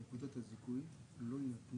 אבל נקודת זיכוי בשנה זה 5,000 שקל.